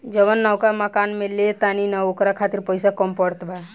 जवन नवका मकान ले तानी न ओकरा खातिर पइसा कम पड़त बा